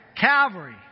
Calvary